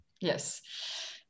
yes